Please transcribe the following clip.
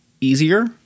easier